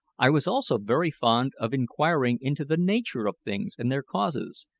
i was also very fond of inquiring into the nature of things and their causes,